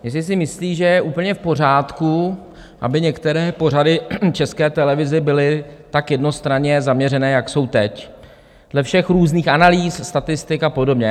Jestli si myslí, že je úplně v pořádku, aby některé pořady v České televizi byly tak jednostranně zaměřené, jak jsou teď dle všech různých analýz, statistik a podobně?